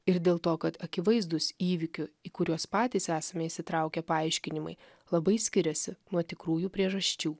ir dėl to kad akivaizdūs įvykių į kuriuos patys esame įsitraukę paaiškinimai labai skiriasi nuo tikrųjų priežasčių